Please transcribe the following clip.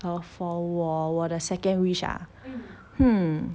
uh for 我我的 second wish ah hmm